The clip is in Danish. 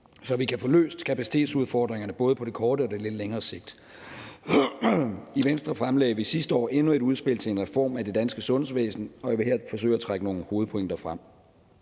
så vi kan få løst kapacitetsudfordringerne både på kort og lidt længere sigt. I Venstre fremlagde vi sidste år endnu et udspil til en reform af det danske sundhedsvæsen, og jeg vil her forsøge at trække nogle hovedpointer frem.